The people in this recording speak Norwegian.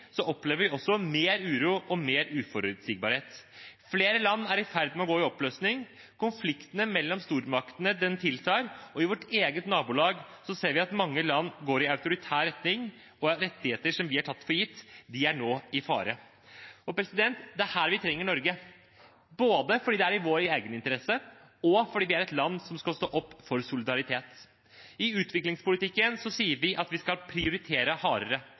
opplever vi også mer uro og mer uforutsigbarhet. Flere land er i ferd med å gå i oppløsning, konfliktene mellom stormaktene tiltar, og i vårt eget nabolag ser vi at mange land går i autoritær retning, og at rettigheter vi har tatt for gitt, nå er i fare. Det er her vi trenger Norge – både fordi det er i vår egen interesse, og fordi vi er et land som skal stå opp for solidaritet. I utviklingspolitikken sier vi at vi skal prioritere hardere.